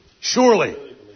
Surely